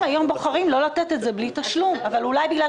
אחרות --- תה יכול להתחרות במחירים נמוכים יותר?